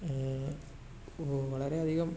ഓ വളരെ അധികം